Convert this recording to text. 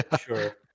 Sure